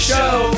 Show